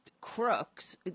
crooks